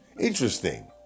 interesting